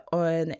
on